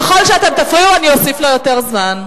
ככל שאתם תפריעו, אני אוסיף לו יותר זמן.